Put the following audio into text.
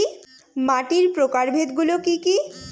মাটির প্রকারভেদ গুলো কি কী?